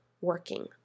working